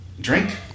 Drink